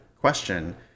question